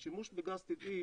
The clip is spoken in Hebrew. השימוש בגז טבעי,